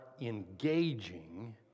engaging